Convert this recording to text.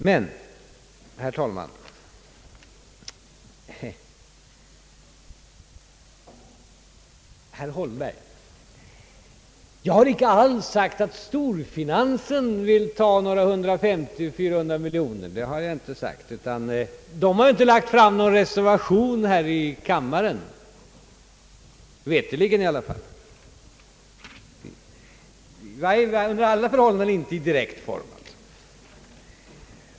Men, herr Holmberg, jag har inte alls sagt att storfinansen vill ta några 150—400 miljoner kronor. Dess företrädare har inte lagt fram någon reservation här i kammaren; i alla fall inte mig veterligt och under alla förhållanden inte i direkt form.